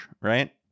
right